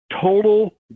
total